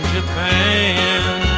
Japan